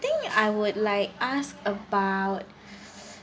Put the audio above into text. think I would like ask about